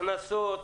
הכנסות,